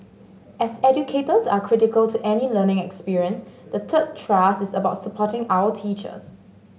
as educators are critical to any learning experience the third thrust is about supporting our teachers